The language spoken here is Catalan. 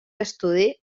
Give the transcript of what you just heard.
estudi